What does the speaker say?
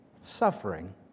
suffering